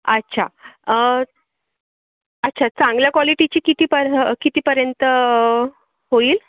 अच्छा अच्छा चांगल्या क्वालिटीची किती पर कितीपर्यंत होईल